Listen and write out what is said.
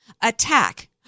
attack